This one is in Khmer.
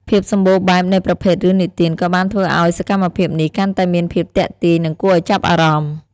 ភាពសម្បូរបែបនៃប្រភេទរឿងនិទានក៏បានធ្វើឱ្យសកម្មភាពនេះកាន់តែមានភាពទាក់ទាញ និងគួរឱ្យចាប់អារម្មណ៍។